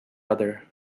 other